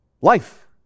life